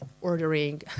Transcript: ordering